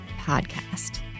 podcast